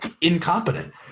Incompetent